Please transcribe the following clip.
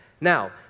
Now